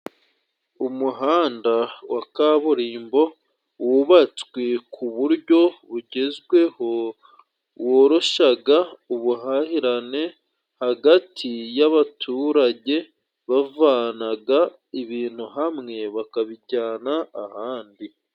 Umuhanda wa kaburimbo wubatswe ku buryo bugezweho woroshaga ubuhahirane hagati y'abaturage bavanaga ibintu hamwe bakabijyana ahandi.